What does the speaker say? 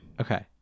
Okay